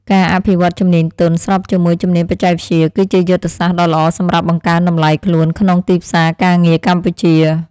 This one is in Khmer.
ការអភិវឌ្ឍជំនាញទន់ស្របជាមួយជំនាញបច្ចេកវិទ្យា គឺជាយុទ្ធសាស្ត្រដ៏ល្អសម្រាប់បង្កើនតម្លៃខ្លួនក្នុងទីផ្សារការងារកម្ពុជា។